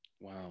Wow